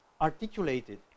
articulated